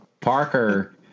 Parker